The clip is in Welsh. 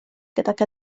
gydag